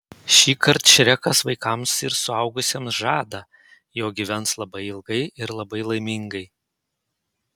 šįkart šrekas vaikams ir suaugusiems žada jog gyvens labai ilgai ir labai laimingai